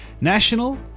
national